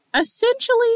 essentially